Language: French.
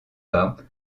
pas